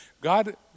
God